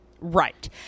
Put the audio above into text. Right